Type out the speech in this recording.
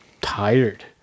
tired